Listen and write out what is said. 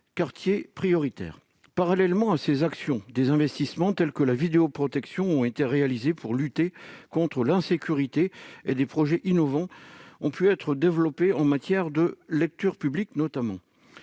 la ville (QPV). Parallèlement à ces actions, des investissements, tels que la vidéoprotection, ont été réalisés pour lutter contre l'insécurité et des projets innovants ont pu être développés, notamment en matière de lecture publique.